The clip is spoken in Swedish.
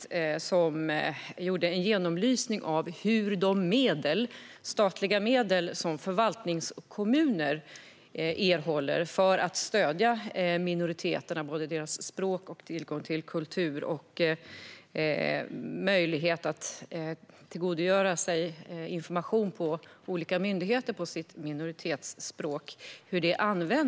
De båda myndigheterna gjorde en genomlysning av hur de statliga medel som förvaltningskommunerna erhåller används för att stödja de nationella minoriteternas språk, tillgång till kultur och möjlighet att tillgodogöra sig information från olika myndigheter på sitt språk.